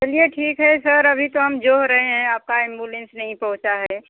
चलिए ठीक है सर अभी तो हम जोह रहे हैं आपका एंबुलेंस नहीं पहुँचा है